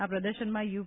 આ પ્રદર્શનમાં યુ